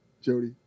Jody